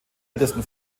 ältesten